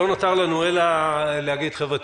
לא נותר לנו אלא להגיד: חבר'ה,